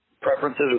preferences